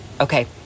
okay